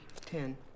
Ten